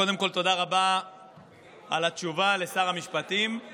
קודם כול תודה לשר המשפטים על התשובה.